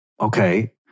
okay